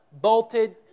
bolted